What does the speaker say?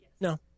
No